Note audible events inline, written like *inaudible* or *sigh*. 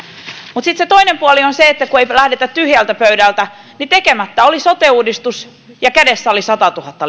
mutta sitten se toinen puoli siinä kun ei lähdetä tyhjältä pöydältä on se että tekemättä oli sote uudistus ja kädessä oli satatuhatta *unintelligible*